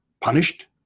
Punished